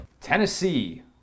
Tennessee